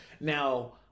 Now